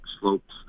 slopes